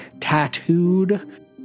tattooed